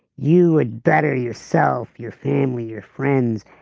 you would better yourself, your family, your friends.